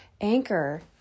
Anchor